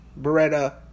Beretta